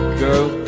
girl